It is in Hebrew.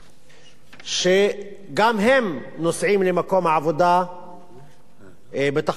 שגם הם נוסעים למקום העבודה בתחבורה ציבורית,